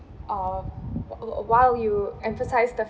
um wh~ while you emphasise the